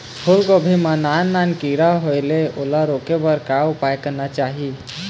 फूलगोभी मां नान नान किरा होयेल ओला रोके बर का उपाय करना चाही?